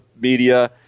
media